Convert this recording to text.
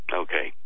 okay